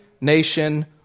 nation